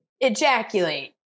ejaculate